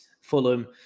Fulham